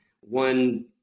one